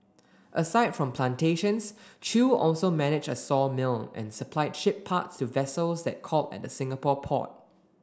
aside from plantations Chew also managed a sawmill and supplied ship parts to vessels that called at Singapore port